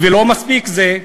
ולא מספיק זה,